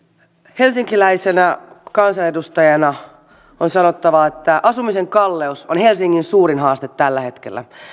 helsinkiläisenä kansanedustajana on sanottava että asumisen kalleus on helsingin suurin haaste tällä hetkellä